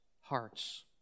hearts